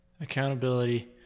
Accountability